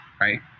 Right